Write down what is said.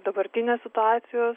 dabartinės situacijos